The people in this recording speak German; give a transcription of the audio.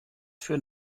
für